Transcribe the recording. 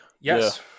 yes